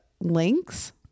links